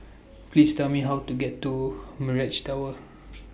Please Tell Me How to get to Mirage Tower